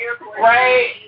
right